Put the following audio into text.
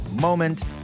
moment